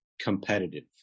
competitive